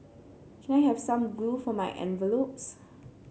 can I have some glue for my envelopes